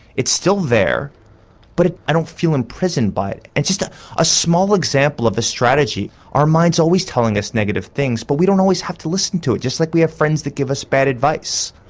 it's still there but i don't feel imprisoned by it and just a ah small example of the strategy our mind's always telling us negative things but we don't always have to listen to it just like we have friends who give us bad advice.